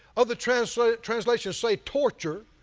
other translations translations say torture,